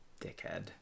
dickhead